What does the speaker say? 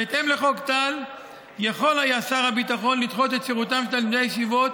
בהתאם לחוק טל יכול היה שר הביטחון לדחות את שירותם של תלמידי הישיבות